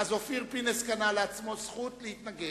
אופיר פינס קנה לעצמו זכות להתנגד.